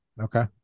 Okay